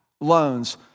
loans